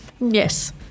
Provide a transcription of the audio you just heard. Yes